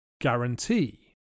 Guarantee